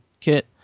kit